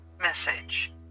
message